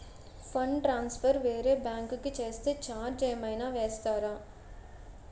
Fund transfer వేరే bank కి చేస్తే ఛార్జ్ ఏమైనా వేస్తారా?